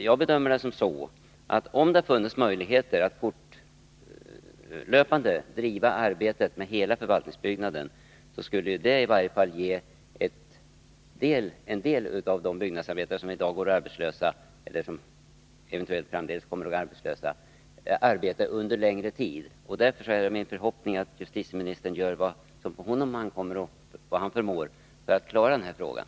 Jag bedömer det så, att om det funnits möjligheter att fortlöpande driva arbetet med hela förvaltningsbyggnaden, så skulle i varje fall en del av de byggnadsarbetare som i dag går arbetslösa eller eventuellt framdeles kommer att gå arbetslösa få arbete under längre tid. Därför är det min förhoppning att justitieministern gör vad som på honom ankommer och vad han förmår för att klara den här saken.